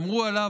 אמרו עליו,